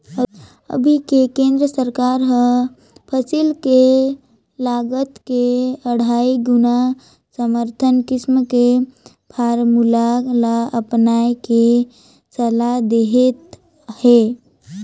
अभी के केन्द्र सरकार हर फसिल के लागत के अढ़ाई गुना समरथन कीमत के फारमुला ल अपनाए के सलाह देहत हे